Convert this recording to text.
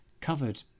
covered